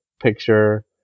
picture